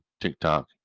TikTok